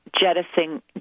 jettisoning